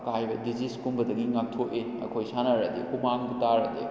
ꯑꯀꯥꯏꯕ ꯗꯤꯖꯤꯖ ꯀꯨꯝꯕꯗꯒꯤ ꯉꯥꯛꯊꯣꯛꯏ ꯑꯩꯈꯣꯏ ꯁꯥꯟꯅꯔꯗꯤ ꯍꯨꯃꯥꯡꯕꯨ ꯇꯥꯔꯗꯤ